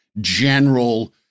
general